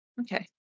Okay